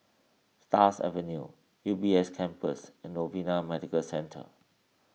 Stars Avenue U B S Campus and Novena Medical Centre